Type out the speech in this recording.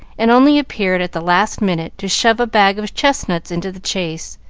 and only appeared at the last minute to shove a bag of chestnuts into the chaise.